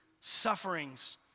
sufferings